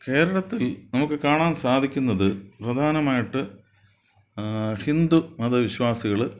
കേരളത്തിൽ നമുക്ക് കാണാൻ സാധിക്കുന്നത് പ്രധാനമായിട്ട് ഹിന്ദു മതവിശ്വാസികൾ